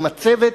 עם הצוות,